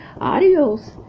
adios